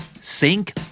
sink